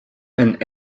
and